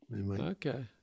okay